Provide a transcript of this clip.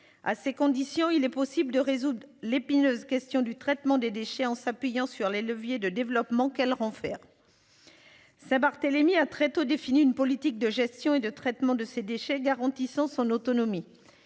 à ces conditions, il est possible de résoudre l'épineuse question du traitement des déchets en s'appuyant sur les leviers de développement qu'elle renferme. Saint-Barthélemy a très tôt défini une politique de gestion et de traitement de ces déchets garantissant son autonomie.